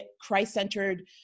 Christ-centered